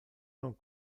non